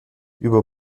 über